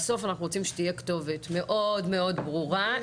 בסוף אנחנו רוצים שתהיה כתובת מאוד מאוד ברורה,